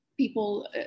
people